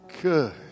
Good